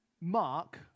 Mark